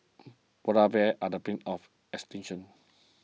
Polar Bears are the brink of extinction